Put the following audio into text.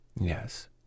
Yes